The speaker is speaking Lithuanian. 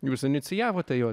jūs inicijavote jo